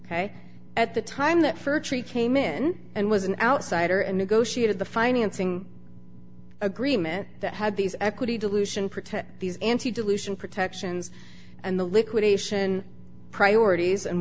ok at the time that fir tree came in and was an outsider and negotiated the financing agreement that had these equity dilution protect these dilution protections and the liquidation priorities and